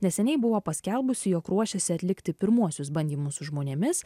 neseniai buvo paskelbusi jog ruošiasi atlikti pirmuosius bandymus su žmonėmis